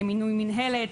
מינוי מנהלת,